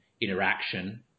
interaction